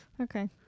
Okay